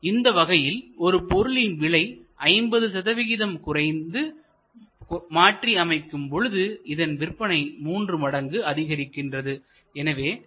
இந்த வகையில் ஒரு பொருளின் விலை 50 சதவீகிதம் குறைத்து மாற்றி அமைக்கும் பொழுது இதன் விற்பனை 3 மடங்கு அதிகரிக்கிறது